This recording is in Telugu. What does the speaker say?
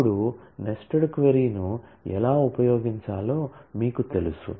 ఇప్పుడు నెస్టెడ్ క్వరీను ఎలా ఉపయోగించాలో మీకు తెలుసు